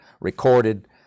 recorded